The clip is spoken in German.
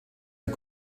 mit